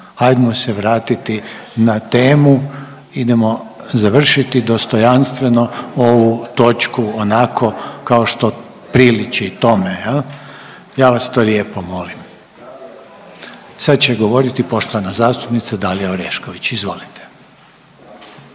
hajdmo se vratiti na temu, idemo završiti dostojanstveno ovu točku onako kao što priliči tome. Ja vas to lijepo molim. Sad će govoriti poštovana zastupnica Dalija Orešković, izvolite.